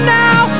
now